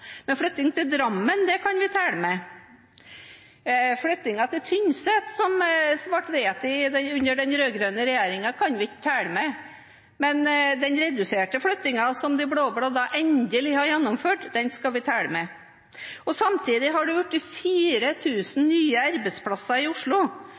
Men flytting til Drammen kan telles med. Flyttingen til Tynset, som ble vedtatt under den rød-grønne regjeringen, kan ikke telle med, men den reduserte flyttingen som de blå-blå endelig har gjennomført, den skal telle med. Samtidig har det blitt